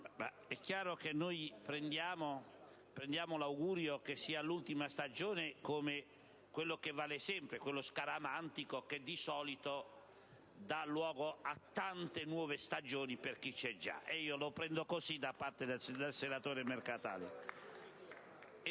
è chiaro che noi prendiamo l'augurio che questa sia l'ultima stagione come quello che vale sempre, quello scaramantico, che di solito dà luogo a tante nuove stagioni per chi c'è già: e io lo prendo così, da parte del senatore Mercatali.